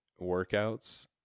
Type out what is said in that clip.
workouts